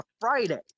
Friday